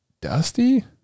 dusty